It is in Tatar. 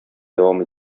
дәвам